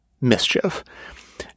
mischief